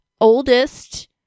oldest